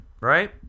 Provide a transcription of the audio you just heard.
right